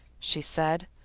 she said.